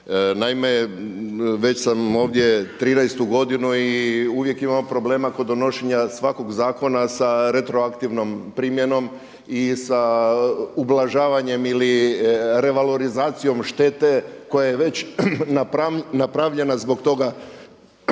Naime, već sam ovdje trinaestu godinu i uvijek imamo problema kod donošenja svakog zakona sa retroaktivnom primjenom i sa ublažavanjem ili revalorizacijom štete koja je već napravljena zbog toga